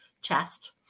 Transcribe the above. chest